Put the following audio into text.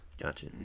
Gotcha